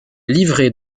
livrée